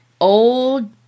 old